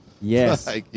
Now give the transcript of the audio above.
Yes